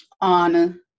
on